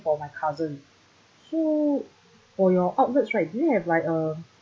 for my cousin so for your outlets right do you have like a